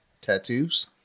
tattoos